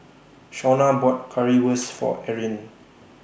Shawna bought Currywurst For Eryn